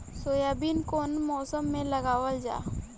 Soybean कौने मौसम में लगावल जा?